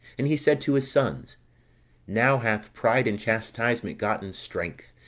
and he said to his sons now hath pride and chastisement gotten strength,